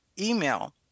email